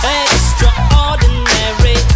extraordinary